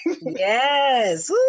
yes